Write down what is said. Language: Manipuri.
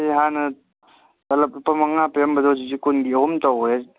ꯍꯥꯟꯅ ꯇꯂꯞ ꯂꯨꯄꯥ ꯃꯉꯥ ꯄꯤꯔꯝꯕꯗꯣ ꯍꯧꯗꯤꯛꯇꯤ ꯀꯨꯟꯒꯤ ꯑꯍꯨꯝ ꯇꯧꯒ꯭ꯔꯦ